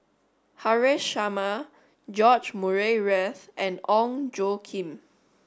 Haresh Sharma George Murray Reith and Ong Tjoe Kim